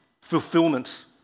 fulfillment